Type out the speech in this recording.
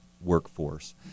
workforce